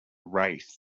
wraith